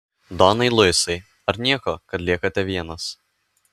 donai luisai ar nieko kad liekate vienas